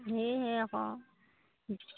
সেয়েহে আকৌ